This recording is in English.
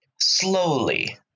slowly